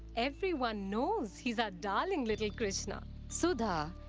everyone knows he is our darling little krishna. sudha!